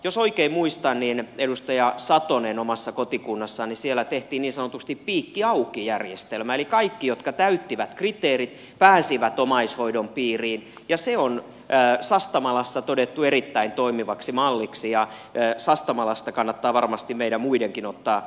jos oikein muistan edustaja satosen omassa kotikunnassa tehtiin niin sanotusti piikki auki järjestelmä eli kaikki jotka täyttivät kriteerit pääsivät omaishoidon piiriin ja se on sastamalassa todettu erittäin toimivaksi malliksi ja sastamalasta kannattaa varmasti meidän muidenkin ottaa esimerkkiä